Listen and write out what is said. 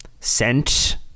scent